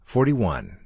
Forty-one